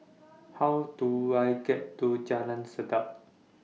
How Do I get to Jalan Sedap